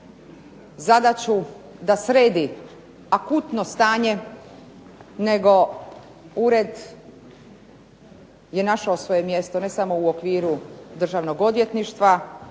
zadaću da sredi akutno stanje nego ured je našao svoje mjesto, ne samo u okviru državnog odvjetništva,